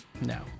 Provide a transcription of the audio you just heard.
no